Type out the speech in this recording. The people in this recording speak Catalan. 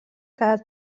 quedat